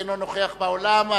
אינו נוכח באולם,